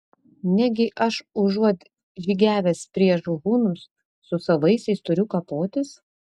negi aš užuot žygiavęs prieš hunus su savaisiais turiu kapotis